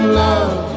love